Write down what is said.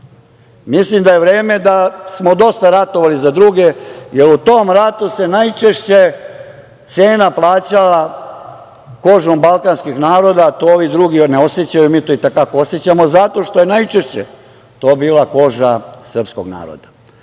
hvale. Mislim da je vreme d smo dosta ratovali za druge, jer u tom ratu se najčešće cena plaćala kožom balkanskih naroda. To ovi drugi ne osećaju, mi to i te kako osećamo, zato što je najčešće to bila koža srpskog naroda. Došlo